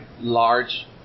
large